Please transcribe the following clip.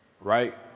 right